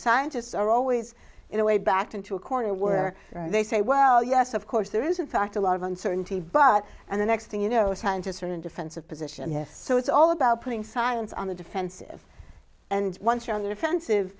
scientists are always in a way backed into a corner where they say well yes of course there is in fact a lot of uncertainty but and the next thing you know scientists are in a defensive position and if so it's all about putting science on the defensive and once you're on the defensive